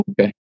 Okay